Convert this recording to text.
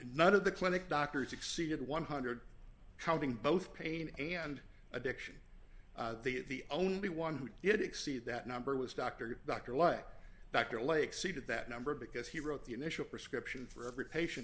none of the clinic doctors exceeded one hundred counting both pain and addiction the only one who did exceed that number was dr dr like dr lake seat at that number because he wrote the initial prescription for every patient